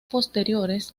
posteriores